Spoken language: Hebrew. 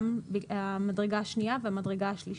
גם המדרגה השנייה והמדרגה השלישית